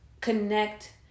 connect